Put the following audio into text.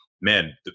man